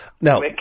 Now